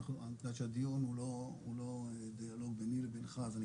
מכיוון שהדיון הוא לא דיאלוג ביני לבינך אז אני